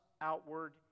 outward